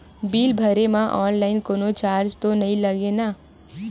Bill भरे मा online कोनो चार्ज तो नई लागे ना?